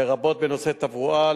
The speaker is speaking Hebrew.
לרבות בנושא תברואה,